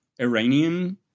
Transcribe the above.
Iranian